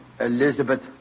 Elizabeth